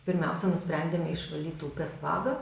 pirmiausia nusprendėme išvalyt upės vagą